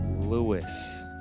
lewis